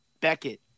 Beckett